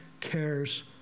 cares